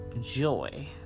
joy